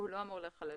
הוא לא אמור להיכלל.